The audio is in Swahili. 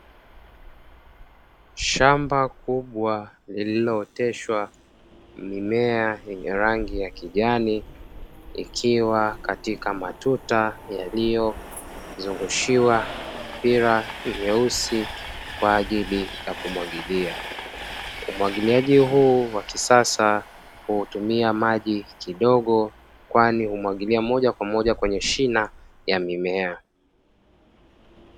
Shamba kubwa lililooteshwa mimea yenye rangi ya kijani ikiwa katika matuta yaliyozungushiwa mipira mieusi kwa ajili ya kumwagilia. Umwagiliaji huu wa kisasa hutumia maji kidogo kwani humwagilia moja kwa moja kwenye shina ya mimea.